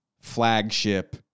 flagship